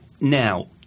Now –